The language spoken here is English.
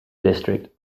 district